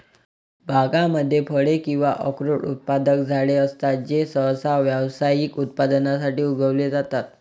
बागांमध्ये फळे किंवा अक्रोड उत्पादक झाडे असतात जे सहसा व्यावसायिक उत्पादनासाठी उगवले जातात